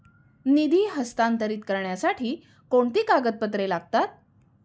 निधी हस्तांतरित करण्यासाठी कोणती कागदपत्रे लागतात?